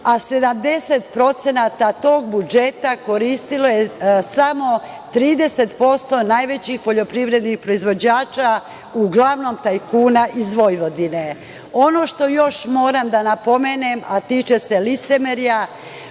a 70% tog budžeta koristila je samo 30% najvećih poljoprivrednih proizvođača, uglavnom tajkuna iz Vojvodine. Ono što još moram da napomenem, a tiče se licemerja,